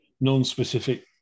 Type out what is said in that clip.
non-specific